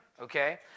okay